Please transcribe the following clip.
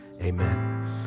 amen